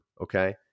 okay